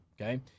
Okay